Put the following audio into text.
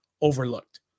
overlooked